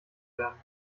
werden